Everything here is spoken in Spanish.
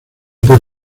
por